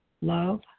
Love